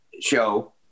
show